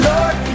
Lord